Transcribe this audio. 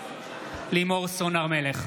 לימור סון הר מלך,